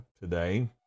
today